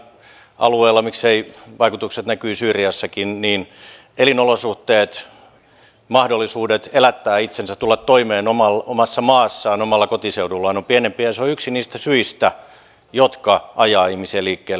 erityisesti afrikan alueella ja mikseivät vaikutukset näkyisi syyriassakin elinolosuhteet mahdollisuudet elättää itsensä tulla toimeen omassa maassaan omalla kotiseudullaan ovat pienempiä ja se on yksi niistä syistä jotka ajavat ihmisiä liikkeelle